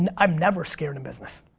and i'm never scared in business.